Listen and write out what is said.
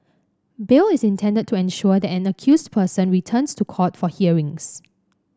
bail is intended to ensure that an accused person returns to court for hearings